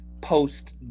post